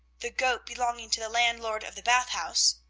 the goat belonging to the landlord of the bath house,